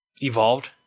evolved